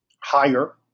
higher